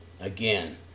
Again